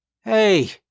hey